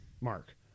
mark